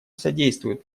содействуют